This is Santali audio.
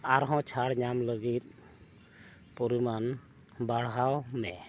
ᱟᱨᱦᱚᱸ ᱪᱷᱟᱹᱲ ᱧᱟᱢ ᱞᱟᱹᱜᱤᱫ ᱯᱚᱨᱤᱢᱟᱱ ᱵᱟᱲᱦᱟᱣ ᱢᱮ